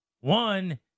one